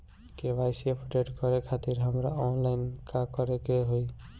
KYC update करे खातिर हमरा ऑनलाइन का करे के होई?